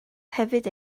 hefyd